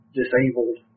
disabled